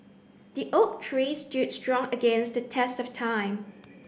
the oak tree stood strong against the test of time